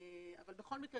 בכל מקרה,